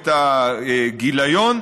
את הגיליון.